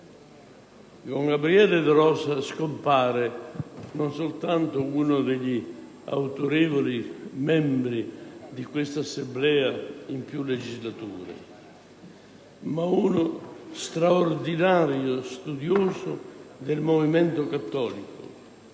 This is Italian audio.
Con Gabriele De Rosa scompare non soltanto uno degli autorevoli membri di questa Assemblea, in più legislature, ma uno straordinario studioso del movimento cattolico,